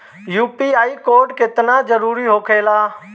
UPI code केतना जरुरी होखेला?